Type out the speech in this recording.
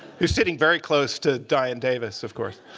who's sitting very close to diane davis, of course.